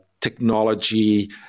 technology